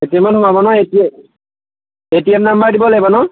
এ T এমত সোমাব ন এইটো এ টি এম নাম্বাৰ দিব লাগিব ন